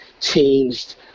Changed